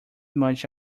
much